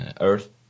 Earth